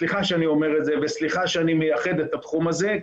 סליחה שאני אומר את זה וסליחה שאני מייחד את התחום הזה,